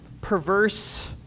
perverse